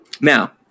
Now